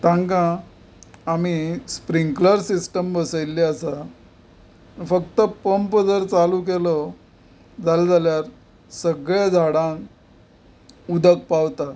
तांकां आमी sprinkler system बसयल्ली आसा फक्त पंप जर चालू केलो जाले जाल्यार सगल्या झाडांक उदक पावता